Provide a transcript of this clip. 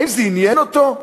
האם זה עניין אותו?